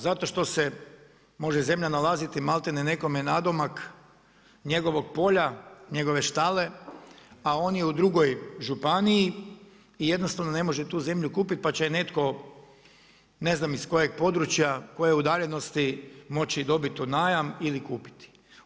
Zato što se može zemlja nalaziti malte ne nekome nadomak njegovog polja, njegove štale, a oni u drugoj županiji i jednostavno ne može tu zemlju kupit pa će je netko ne znam iz kojeg područja, koje udaljenosti moći dobiti u najam ili kupiti.